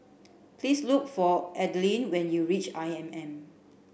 please look for Adelyn when you reach I M M